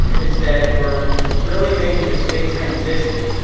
is that were really making this big transition,